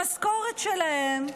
המשכורת שלהם,